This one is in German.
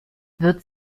wird